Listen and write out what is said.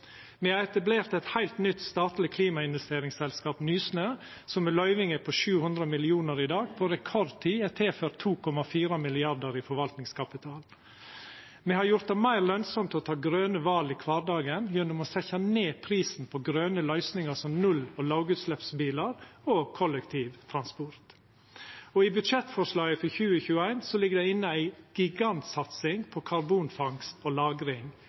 Me har etablert eit heilt nytt statleg klimainvesteringsselskap, Nysnø, som med løyvinga på 700 mill. kr i dag på rekordtid er tilført 2,4 mrd. kr i forvaltningskapital. Me har gjort det meir lønsamt å ta grøne val i kvardagen gjennom å setja ned prisen på grøne løysingar, som null- og lågutsleppsbilar og kollektivtransport. I budsjettforslaget for 2021 ligg det inne ei gigantsatsing på karbonfangst og